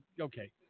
Okay